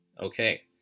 Okay